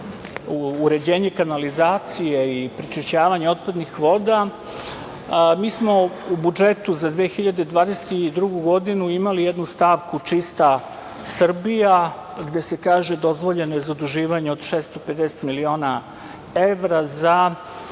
uređenje kanalizacije i prečišćavanje otpadnih voda, mi smo u budžetu za 2022. godinu imali jednu stavku „Čista Srbija“, gde se kaže – dozvoljeno je zaduživanje od 650 miliona evra za